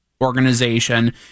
organization